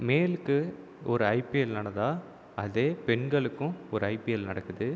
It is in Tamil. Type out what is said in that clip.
மேல்க்கு ஒரு ஐபிஎல் நடந்தால் அதே பெண்களுக்கும் ஒரு ஐபிஎல் நடக்குது